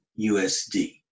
USD